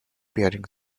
bearing